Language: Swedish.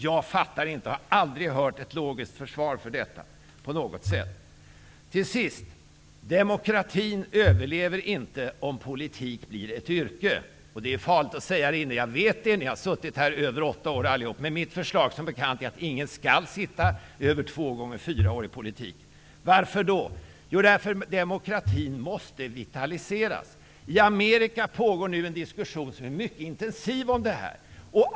Jag fattar det inte. Jag har aldrig hört en logisk förklaring till detta. Till sist vill jag säga att demokratin inte överlever om politik blir ett yrke. Jag vet att det är farligt att säga det. Ni har allihop suttit här i mer än åtta år. Men mitt förslag är som bekant att ingen skall sitta i riksdagen längre tid än två gånger fyra år. Varför då? Jo, därför att demokratin måste vitaliseras. I Amerika pågår nu en mycket intensiv diskussion om detta.